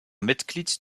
mitglied